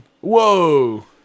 whoa